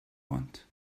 want